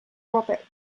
robert